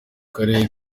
karere